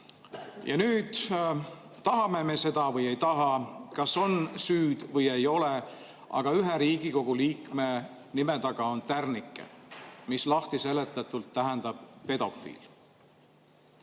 Ja nüüd, tahame me seda või ei taha, kas on süüd või ei ole, aga ühe Riigikogu liikme nime taga on tärnike, mis lahtiseletatult tähendab: pedofiil.